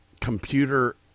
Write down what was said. computer